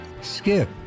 skip